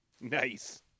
Nice